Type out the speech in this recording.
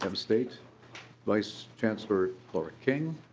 um mnstate vice chancellor king.